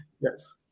yes